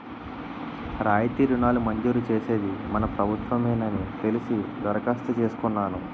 రాయితీ రుణాలు మంజూరు చేసేది మన ప్రభుత్వ మేనని తెలిసి దరఖాస్తు చేసుకున్నాను